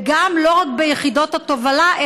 ולא רק ביחידות התובלה,